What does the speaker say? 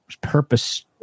purpose